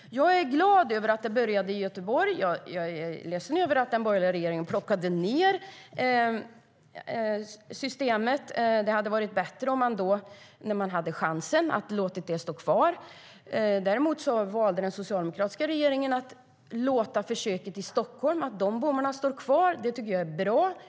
Jag är glad över att det började i Göteborg. Jag är ledsen över att den borgerliga regeringen plockade ned systemet. Det hade varit bättre att låta det stå kvar när man hade chansen. Däremot valde den socialdemokratiska regeringen att låta försöket i Stockholm fortgå, att låta bommarna stå kvar, vilket jag tycker är bra.